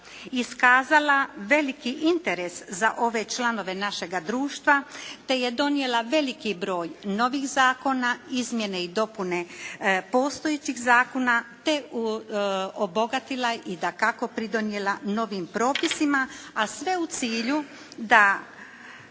iskazala veliki interes za ove članove našega društva te je donijela veliki broj novih zakona, izmjene i dopune postojećih zakona te obogatila i dakako pridonijela novim propisima a sve u cilju da